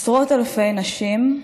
עשרות אלפי נשים,